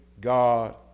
God